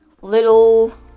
little